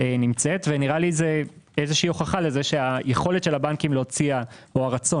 ונראה לי שזו הוכחה שהיכולת של הבנקים להציע - או הרצון